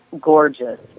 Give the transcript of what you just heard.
gorgeous